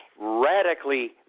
radically